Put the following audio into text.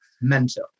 mental